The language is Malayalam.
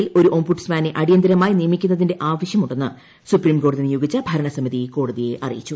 യിൽ ഒരു ഓംബുഡ്സ്മാനെ അടിയന്തരമായി നിയമിക്കുന്നതിന്റെ ആവശ്യമുണ്ടെന്ന് സുഫ്ട്രീംകോടതി നിയോഗിച്ച ഭരണസമിതി കോടതിയെ അറിയിച്ചു